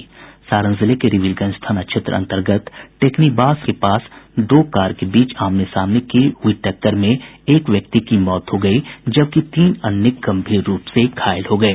सारण जिले के रिविलगंज थाना क्षेत्र अंतर्गत टेकनीवास बाजार के पास दो कार के बीच आमने सामने के बीच हुई टक्कर में एक व्यक्ति की मौत हो गयी जबकि तीन अन्य गंभीर रूप से घायल हो गये